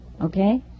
Okay